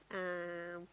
ah